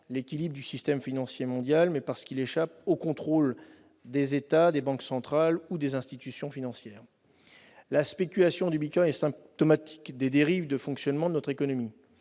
l'équilibre du système financier mondial, mais parce qu'il échappe au contrôle des États, des banques centrales et des institutions financières. La spéculation sur le bitcoin est symptomatique des dérives du fonctionnement de notre économie.